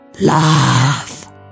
love